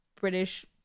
British